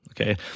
okay